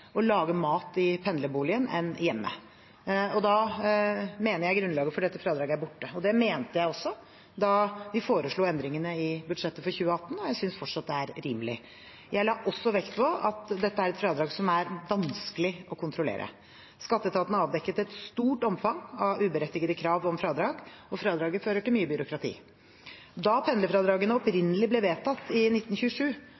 å lage mat i pendlerboligen enn hjemme. Da mener jeg grunnlaget for dette fradraget er borte. Det mente jeg også da vi foreslo endringene i budsjettet for 2018, og jeg synes fortsatt det er rimelig. Jeg la også vekt på at dette er et fradrag som er vanskelig å kontrollere. Skatteetaten har avdekket et stort omfang av uberettigede krav om fradrag, og fradraget fører til mye byråkrati. Da pendlerfradragene